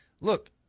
look